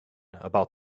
about